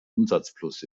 umsatzplus